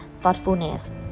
thoughtfulness